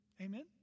Amen